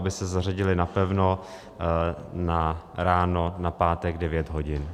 Aby se zařadily napevno na ráno na pátek v devět hodin.